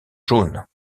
jaunes